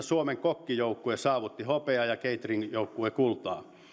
suomen kokkijoukkue saavutti hopeaa ja catering joukkue kultaa